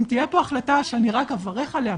אם תהיה פה החלטה שאני רק אברך עליה,